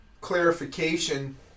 clarification